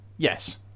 Yes